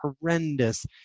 horrendous